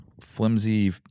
flimsy